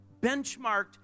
benchmarked